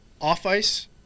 off-ice